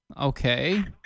Okay